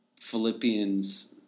Philippians